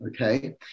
Okay